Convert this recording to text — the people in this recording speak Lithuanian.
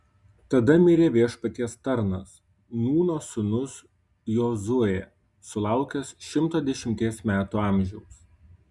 tada mirė viešpaties tarnas nūno sūnus jozuė sulaukęs šimto dešimties metų amžiaus